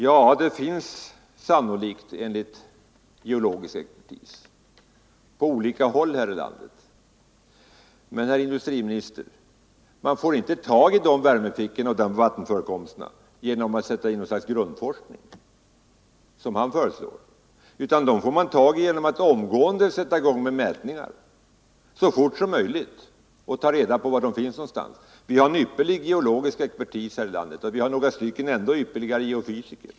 Ja, det finns sannolikt sådana, enligt geologisk expertis, på olika håll i vårt land. Men, herr industriminister, man får inte tag i sådana värmefickor och vattenförekomster genom att, som industriministern föreslår, tillgripa grundforskning, utan det sker genom att man sätter i gång med mätningar så snart som möjligt för att ta reda på var värmeförekomsterna finns. Vi har en ypperlig geologisk expertis här i landet och några ännu ypperligare geofysiker.